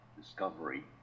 discovery